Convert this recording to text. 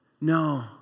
No